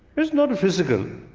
it is not physical,